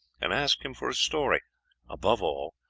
and asked him for a story above all,